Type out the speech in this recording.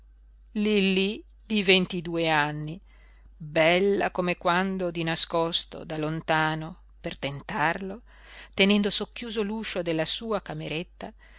di ventidue anni bella come quando di nascosto da lontano per tentarlo tenendo socchiuso l'uscio della sua cameretta